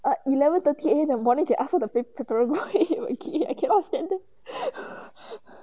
ah eleven thirty eh the morning they ask us the pap~ parago eat already I cannot stand them